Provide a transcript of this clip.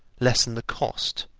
lessen the cost,